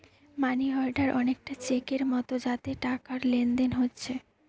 মানি order অনেকটা চেকের মতো যাতে টাকার লেনদেন হোচ্ছে